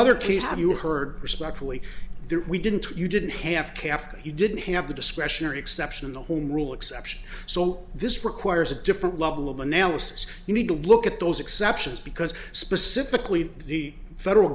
case have you heard respectfully there we didn't you didn't have cafferty you didn't have the discretionary exception in the home rule exception so this requires a different level of analysis you need to look at those exceptions because specifically the federal